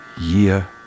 year